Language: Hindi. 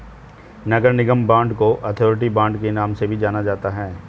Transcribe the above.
नगर निगम बांड को अथॉरिटी बांड के नाम से भी जाना जाता है